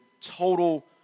total